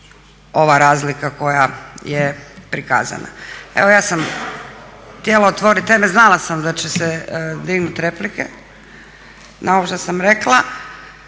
ova razlika koja je prikazana. Evo ja sam htjela otvoriti teme, znala sam da će se dignuti replike na ovo što sam rekla,